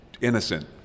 innocent